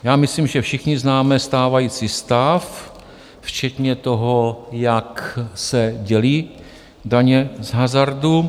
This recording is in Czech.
Já myslím, že všichni známe stávající stav, včetně toho, jak se dělí daně z hazardu.